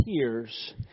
tears